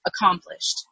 accomplished